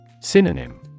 Synonym